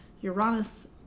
Uranus